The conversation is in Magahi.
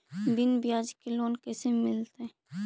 बिना ब्याज के लोन कैसे मिलतै?